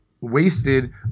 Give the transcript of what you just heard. wasted